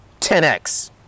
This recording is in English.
10x